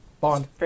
Bond